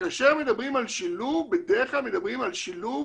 כאשר מדברים על שילוב בדרך כלל מדברים על שילוב